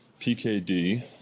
PKD